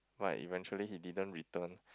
but he eventually didn't return